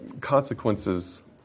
consequences